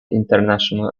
international